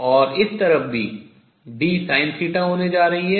और इस तरफ भी dSinθ होने जा रही है